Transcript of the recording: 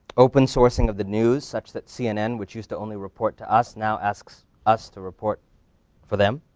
open sourcing of the news such that cnn, which used to only report to us, now asks us to report for them.